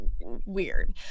weird